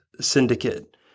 syndicate